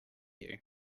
you